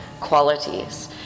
qualities